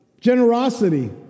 generosity